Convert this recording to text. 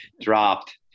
dropped